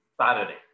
Saturday